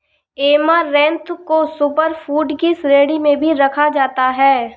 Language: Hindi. ऐमारैंथ को सुपर फूड की श्रेणी में भी रखा जाता है